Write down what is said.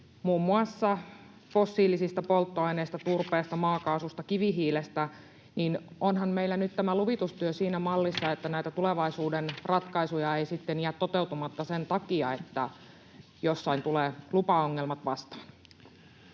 korvaamaan fossiilisia polttoaineita, muun muassa turvetta, maakaasua, kivihiiltä, niin onhan meillä nyt tämä luvitustyö siinä mallissa, että näitä tulevaisuuden ratkaisuja ei sitten jää toteutumatta sen takia, että jossain tulevat lupaongelmat vastaan?